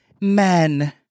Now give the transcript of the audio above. Men